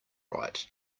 right